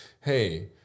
hey